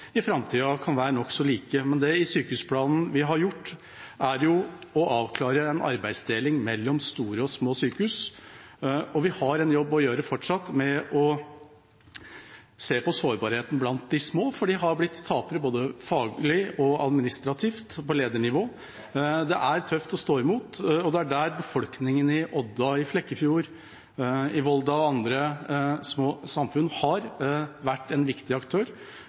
i framtida kan være nokså like. Det vi har gjort i sykehusplanen, er å avklare en arbeidsdeling mellom store og små sykehus. Vi har fortsatt en jobb å gjøre med å se på sårbarheten blant de små, for de har blitt tapere både faglig og administrativt, på ledernivå. Det er tøft å stå imot, og det er der befolkningen i Odda, i Flekkefjord, i Volda og i andre små samfunn har vært en viktig aktør